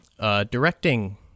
Directing